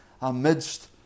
amidst